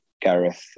gareth